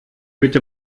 bitte